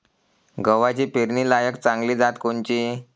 गव्हाची पेरनीलायक चांगली जात कोनची?